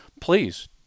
Please